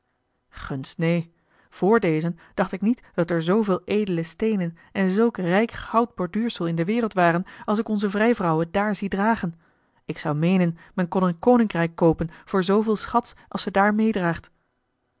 gunst neen voor dezen dacht ik niet dat er zooveel edele steenen en zulk rijk goud borduursel in de wereld waren als ik onze vrijvrouwe daar zie dragen ik zou meenen men kon een koninkrijk koopen voor zooveel schats als ze daar meêdraagt